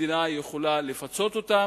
המדינה יכולה לפצות אותם,